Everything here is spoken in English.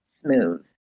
smooth